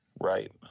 Right